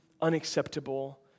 unacceptable